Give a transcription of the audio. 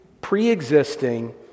pre-existing